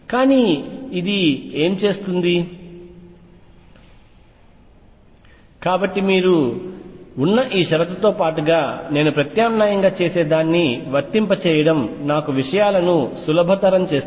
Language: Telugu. కానీ ఇది ఏమి చేస్తుంది కాబట్టి మీరు ఉన్న ఈ షరతుతో పాటుగా నేను ప్రత్యామ్నాయంగా చేసేదాన్ని వర్తింపజేయడం నాకు విషయాలను సులభతరం చేస్తుంది